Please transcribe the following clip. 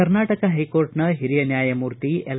ಕರ್ನಾಟಕ ಹೈಕೋರ್ಟ್ನ ಹಿರಿಯ ನ್ಯಾಯಮೂರ್ತಿ ಎಲ್